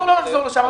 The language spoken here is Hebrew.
בוא לא נחזור לשם,